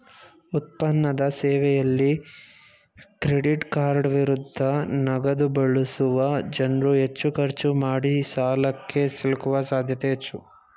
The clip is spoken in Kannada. ಉತ್ಪನ್ನದ ಸೇವೆಯಲ್ಲಿ ಕ್ರೆಡಿಟ್ಕಾರ್ಡ್ ವಿರುದ್ಧ ನಗದುಬಳಸುವ ಜನ್ರುಹೆಚ್ಚು ಖರ್ಚು ಮಾಡಿಸಾಲಕ್ಕೆ ಸಿಲುಕುವ ಸಾಧ್ಯತೆ ಹೆಚ್ಚು